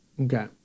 Okay